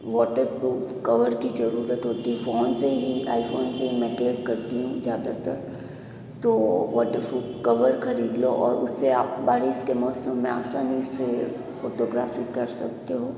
waterproof cover की ज़रूरत होती है फ़ोन से ही आईफ़ोन से ही मतलब करती हूँ ज़्यादातर तो वॉटरप्रूफ़ कवर ख़रीद लो और उससे आप बारिश के मौसम में आसानी से फ़ोटोग्राफ़ी कर सकते हो